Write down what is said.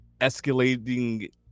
escalating